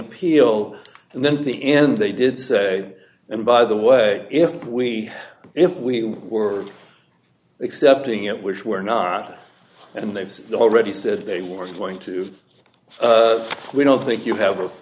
appeal and then at the end they did say and by the way if we if we were accepting it which we're not and they've already said they are going to we don't think you have